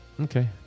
Okay